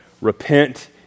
Repent